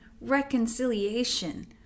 reconciliation